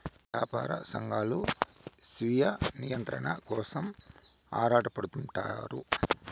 యాపార సంఘాలు స్వీయ నియంత్రణ కోసం ఆరాటపడుతుంటారు